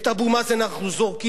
את אבו מאזן אנחנו זורקים,